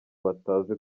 batazi